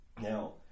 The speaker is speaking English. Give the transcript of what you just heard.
Now